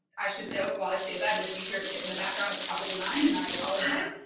i should note while i say that if if you hear a kid in the background it's probably mine and i apologize,